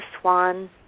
swan